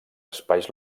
espais